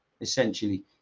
essentially